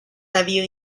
navío